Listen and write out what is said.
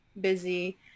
busy